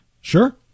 Sure